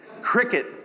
Cricket